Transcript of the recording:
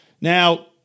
Now